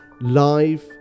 live